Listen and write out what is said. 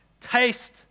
Taste